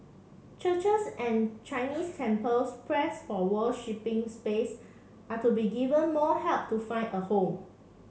churches and Chinese temples pressed for space are to be given more help to find a home